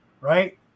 right